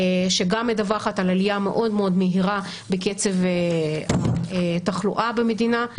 שגם מדווחת על עלייה מאוד מאוד מהירה בקצב התחלואה במדינה.